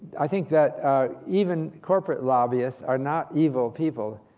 i think that even corporate lobbyists are not evil people.